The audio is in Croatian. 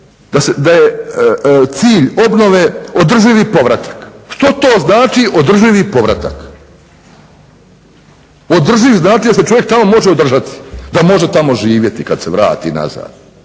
da je cilj obnove održivi povratak. Što to znači održivi povratak? Održiv znači da se čovjek tamo može održati, da može tamo živjeti kad se vrati nazad.